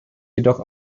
jedoch